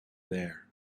there